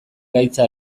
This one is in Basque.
gaitza